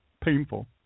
painful